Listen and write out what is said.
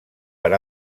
per